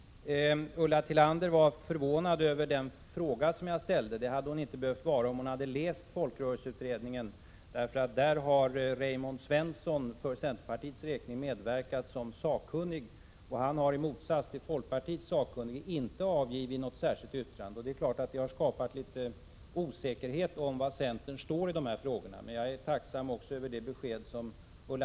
Ulla Tillander var förvånad över den fråga som jag ställde. Det hade hon inte behövt vara om hon hade läst folkrörelseutredningens betänkande. Där har Raymond Svensson för centerpartiets räkning medverkat som sakkunnig och han har i motsats till folkpartiets sakkunnige inte avgivit något särskilt yttrande. Det är klart att detta har skapat litet osäkerhet om var centern står i de här frågorna. Jag är tacksam över det besked som Ulla Tillander har giviti — Prot.